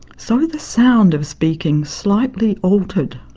so the sound of speaking slightly altered.